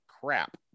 crap